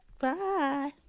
Bye